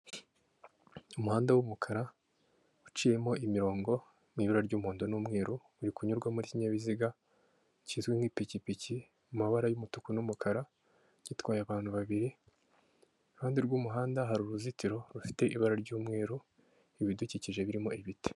Umuhanda w'umukara, uciyemo imirongo, mu ibara ry'umuhondo n'umweru, uri kunyurwamo n'ikinyabiziga kizwi nk'ipikipiki, mu mabara y'umutuku n'umukara, gitwaye abantu babiri, iruhande rw'umuhanda hari uruzitiro rufite ibara ry'umweru, ibidukikije birimo ibiti.